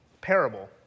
parable